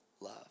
love